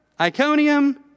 Iconium